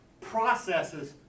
processes